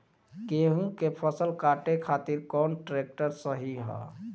गेहूँ के फसल काटे खातिर कौन ट्रैक्टर सही ह?